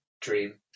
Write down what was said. dream